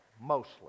mostly